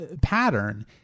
pattern